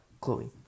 Chloe